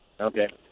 Okay